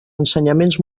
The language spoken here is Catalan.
ensenyaments